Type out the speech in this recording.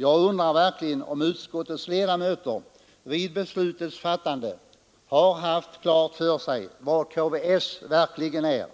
Jag undrar om utskottets ledamöter vid beslutets fattande verkligen haft klart för sig vad KVS är,